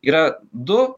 yra du